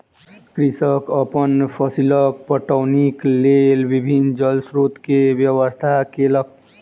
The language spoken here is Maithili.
कृषक अपन फसीलक पटौनीक लेल विभिन्न जल स्रोत के व्यवस्था केलक